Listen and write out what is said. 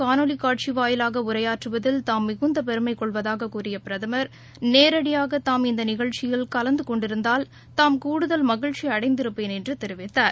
காணொலிகாட்சிவாயிலாகஉரையாற்றுவதில் இந்தபட்டமளிப்பு விழாவில் தாம் மிகுந்தபெருமைகொள்வதாகக் கூறியபிரதம் நேரடியாகதாம் இந்தநிகழ்ச்சியில் கலந்தகொண்டிருந்தால் தாம் கூடுதல் மகிழ்ச்சிஅடைந்திருப்பேன் என்றுதெரிவித்தார்